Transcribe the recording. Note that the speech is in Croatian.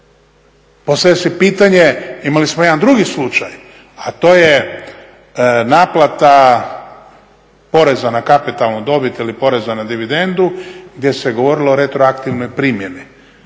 Postavlja se pitanje, imali smo jedan drugi slučaj, a to je naplata poreza na kapitalnu dobit ili poreza na dividendu gdje se govorilo o retroaktivnoj primjeni.